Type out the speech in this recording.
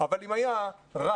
אם היה רב